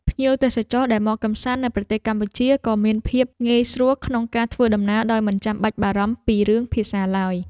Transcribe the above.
ភ្ញៀវទេសចរដែលមកកម្សាន្តនៅប្រទេសកម្ពុជាក៏មានភាពងាយស្រួលក្នុងការធ្វើដំណើរដោយមិនចាំបាច់បារម្ភពីរឿងភាសាឡើយ។